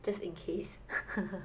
just in case